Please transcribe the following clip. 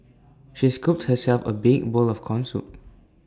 she scooped herself A big bowl of Corn Soup